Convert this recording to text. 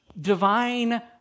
Divine